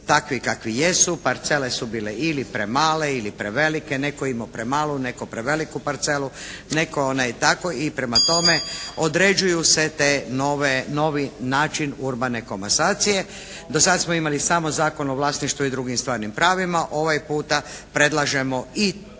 takvi kakvi jesu, parcele su bile ili premale ili prevelike, netko je imao premalu, netko preveliku parcelu. I prema tome određuju se taj novi način urbane komasacije. Do sada smo imali samo Zakon o vlasništvu i drugim stvarnim pravima. Ovaj puta predlažemo i